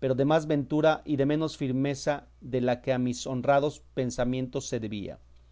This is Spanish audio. pero de más ventura y de menos firmeza de la que a mis honrados pensamientos se debía